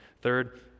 Third